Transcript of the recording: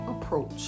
approach